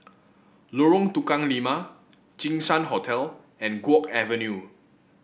Lorong Tukang Lima Jinshan Hotel and Guok Avenue